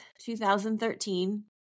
2013